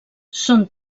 són